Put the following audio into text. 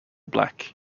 black